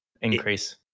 increase